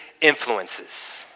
influences